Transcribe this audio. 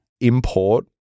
import